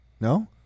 No